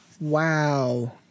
Wow